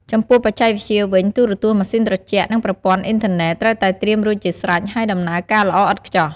ចំពោះបច្ចេកវិទ្យាវិញ ទូរទស្សន៍ ម៉ាស៊ីនត្រជាក់ និងប្រព័ន្ធអ៊ីនធឺណិត ត្រូវតែត្រៀមរួចជាស្រេច ហើយដំណើរការល្អឥតខ្ចោះ។